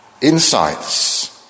Insights